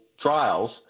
trials